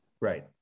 Right